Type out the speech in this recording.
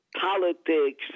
politics